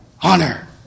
Honor